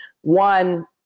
One